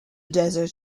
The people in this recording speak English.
desert